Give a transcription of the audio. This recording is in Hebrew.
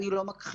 אני לא מכחישה.